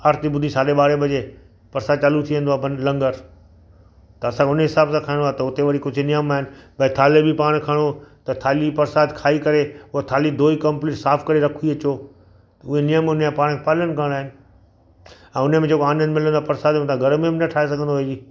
आरिती ॿुधी साढे ॿारे बजे परसाद चालू थी वेंदो आहे भं लंगर त असां हुन हिसाब सां खाइणो आहे हुते वरी कुझु नियम आहिनि भई थाली बि पाणि खणो त थाली परसाद खाई करे उहा थाली धोई कंप्लीट साफ़ु करे रखी अचो उहे नियम हुनजा पाण खे पालण करिणा आहिनि ऐं हुन में जे को आनंदु मिलंदो आहे परसाद में तव्हां घर में बि न ठाहे सघंदव अहिड़ी